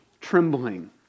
trembling